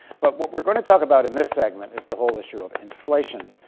but what we're going to talk about in this segment is the whole issue of inflation.